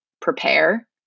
prepare